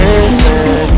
Listen